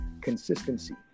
consistency